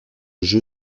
jeu